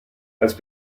has